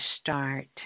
start